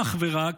ואך ורק,